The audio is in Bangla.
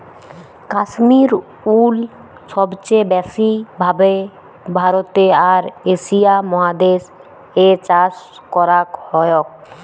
কাশ্মির উল সবচে ব্যাসি ভাবে ভারতে আর এশিয়া মহাদেশ এ চাষ করাক হয়ক